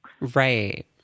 Right